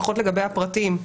לפחות לגבי הפרטים,